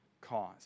cause